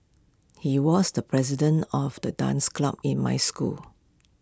he was the president of the dance club in my school